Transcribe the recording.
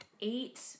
Eight